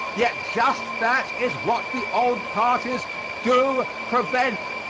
yet just that is what the old parties do prevent.